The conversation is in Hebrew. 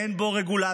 אין בו רגולציה,